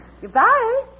Goodbye